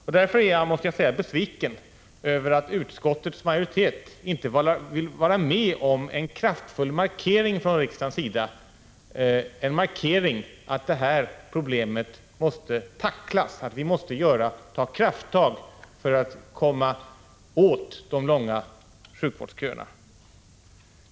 Jag är, måste jag säga, besviken över att utskottets majoritet inte vill vara med om en kraftfull markering från riksdagens sida, en markering av att detta problem måste tacklas, att vi måste ta krafttag för att komma åt de långa sjukvårdsköerna.